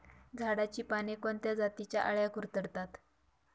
झाडाची पाने कोणत्या जातीच्या अळ्या कुरडतात?